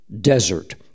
desert